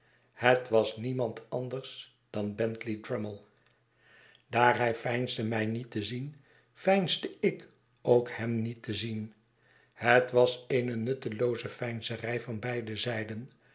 het was niemand anders dan bentley drummle daar hij veinsde mij niet te zien veinsde ik ook hem niet te zien het was eene nuttelooze veinzerij van beide zijden